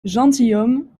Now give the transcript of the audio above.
gentilhomme